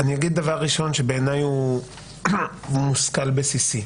ובעיניי הוא מושכל בסיסי,